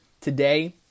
today